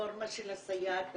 - הרפורמה של הסייעת השנייה,